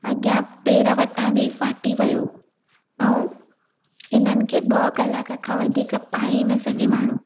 अॻियां पेर वटां बि फाटी वियो ऐं इन्हनि खे ॿ कलाक खां वधीक पाए ई न सघे माण्हू